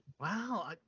Wow